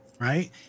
right